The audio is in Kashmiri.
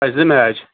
اچھا زٕ میچ